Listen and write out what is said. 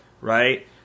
right